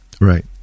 Right